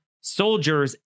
soldiers